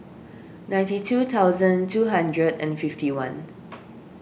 ninety two thousand two hundred and fifty one